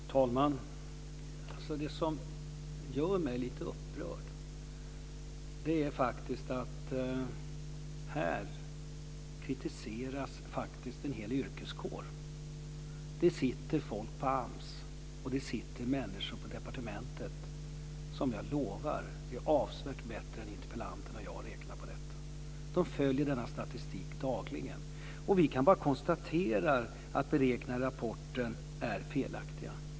Fru talman! Det som gör mig lite upprörd är faktiskt att här kritiseras en hel yrkeskår. Det sitter folk på AMS och det sitter människor på departementet som jag lovar är avsevärt bättre än interpellanten och jag på att räkna på detta. De följer denna statistik dagligen. Vi kan bara konstatera att beräkningarna i rapporten är felaktiga.